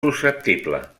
susceptible